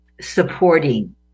supporting